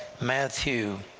matthew